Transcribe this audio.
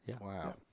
Wow